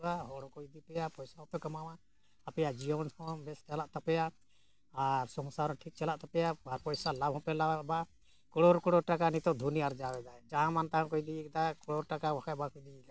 ᱦᱩᱭᱩᱜᱼᱟ ᱦᱚᱲ ᱦᱚᱸᱠᱚ ᱤᱫᱤ ᱯᱮᱭᱟ ᱯᱚᱭᱥᱟ ᱦᱚᱯᱮ ᱠᱟᱢᱟ ᱟᱯᱮᱭᱟᱜ ᱡᱤᱭᱚᱱ ᱦᱚᱸ ᱵᱮᱥ ᱪᱟᱞᱟᱜ ᱛᱟᱯᱮᱭᱟ ᱟᱨ ᱥᱚᱝᱥᱟᱨ ᱨᱮ ᱴᱷᱤᱠ ᱪᱟᱞᱟᱜ ᱛᱟᱯᱮᱭᱟ ᱟᱨ ᱵᱟᱨ ᱯᱚᱭᱥᱟ ᱞᱟᱵᱷ ᱦᱚᱸᱯᱮ ᱞᱟᱵᱷᱼᱟ ᱠᱟᱲᱳᱨ ᱠᱟᱲᱳᱨ ᱴᱟᱠᱟ ᱱᱤᱛᱚᱜ ᱫᱷᱩᱱᱤ ᱟᱨᱡᱟᱣ ᱮᱫᱟᱭ ᱡᱟᱦᱟᱸ ᱢᱟᱱ ᱛᱟᱦᱟᱸ ᱠᱚ ᱤᱫᱤᱭᱮᱫ ᱛᱟᱦᱮᱸᱫ ᱠᱟᱲᱳᱨ ᱴᱟᱠᱟ ᱵᱟᱠᱷᱟᱱ ᱵᱟᱠᱚ ᱤᱫᱤᱭᱤᱧ ᱠᱟᱫᱟ